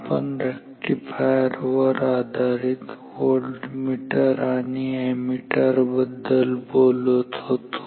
आपण रेक्टिफायर वर आधारित व्होल्टमीटर आणि अॅमीटर बद्दल बोलत होतो